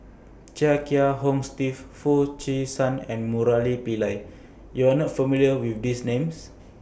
Chia Kiah Hong Steve Foo Chee San and Murali Pillai YOU Are not familiar with These Names